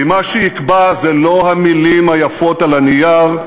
כי מה שיקבע זה לא המילים היפות על הנייר,